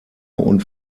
und